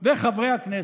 אבל למשל,